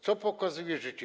Co pokazuje życie?